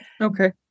Okay